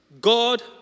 God